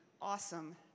awesome